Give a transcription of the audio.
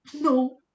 No